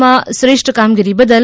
માં શ્રેષ્ઠ કામગીરી બદલ